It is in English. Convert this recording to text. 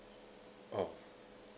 oh